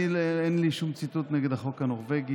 אני, אין לי שום ציטוט נגד החוק הנורבגי,